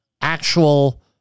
actual